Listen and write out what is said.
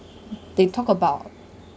they talk about